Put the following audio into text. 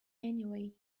anyway